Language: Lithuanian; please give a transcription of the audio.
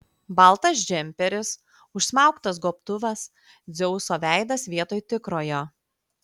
baltas džemperis užsmauktas gobtuvas dzeuso veidas vietoj tikrojo